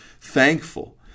thankful